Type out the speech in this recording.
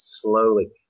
slowly